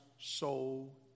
soul